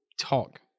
talk